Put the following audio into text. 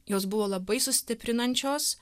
jos buvo labai sustiprinančios